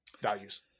values